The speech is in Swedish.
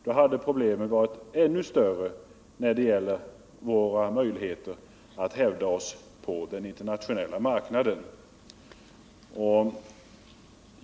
Då hade problemen också varit ännu större när det gäller våra möjligheter att hävda oss på den internationella marknaden.